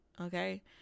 okay